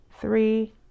three